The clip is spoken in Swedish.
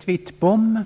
till detta betänkande.